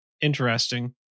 interesting